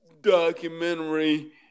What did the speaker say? documentary